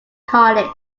college